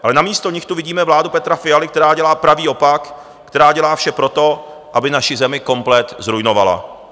Ale namísto nich tu vidíme vládu Petra Fialy, která dělá pravý opak, která dělá vše pro to, aby naši zemi komplet zruinovala.